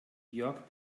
jörg